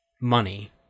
money